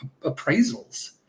appraisals